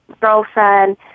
girlfriend